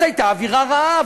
אז הייתה אווירה רעה,